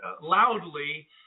loudly